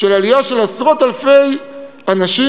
של עלייה של עשרות אלפי אנשים,